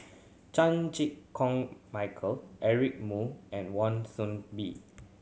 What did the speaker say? Chan Chew Koon Michael Eric Moo and Wan Soon Bee